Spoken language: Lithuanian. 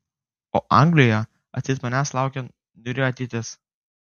o anglijoje atseit manęs laukia niūri ateitis